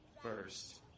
First